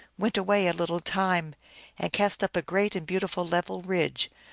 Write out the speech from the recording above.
went away a little time, and cast up a great and beautiful level ridge,